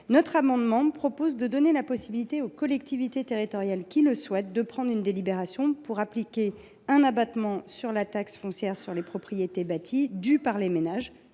Il s’agit donc de donner la possibilité aux collectivités territoriales qui le souhaitent de prendre une délibération pour appliquer un abattement sur la taxe foncière sur les propriétés bâties due par les ménages